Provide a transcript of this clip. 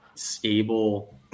Stable